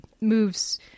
moves